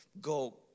go